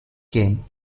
game